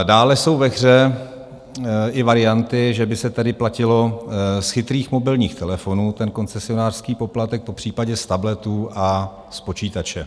Dále jsou ve hře i varianty, že by se tedy platil z chytrých mobilních telefonů ten koncesionářský poplatek, popřípadě z tabletů a z počítače.